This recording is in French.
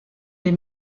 des